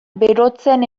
berotzen